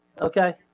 Okay